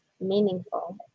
meaningful